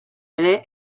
ere